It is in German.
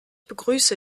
begrüße